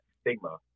stigma